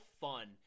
fun